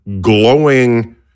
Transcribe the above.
glowing